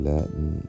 Latin